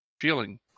feeling